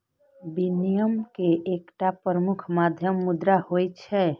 विनिमय के एकटा प्रमुख माध्यम मुद्रा होइ छै